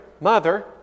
mother